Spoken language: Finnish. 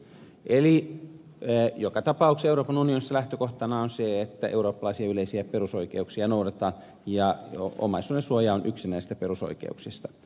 eli joka tapauksessa euroopan unionissa lähtökohtana on se että eurooppalaisia yleisiä perusoikeuksia noudatetaan ja omaisuuden suoja on yksi näistä perusoikeuksista